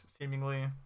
seemingly